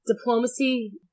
diplomacy